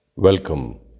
Welcome